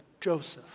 Joseph